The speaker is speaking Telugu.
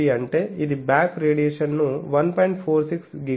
39dB అంటే ఇది బ్యాక్ రేడియేషన్ను 1